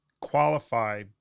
qualify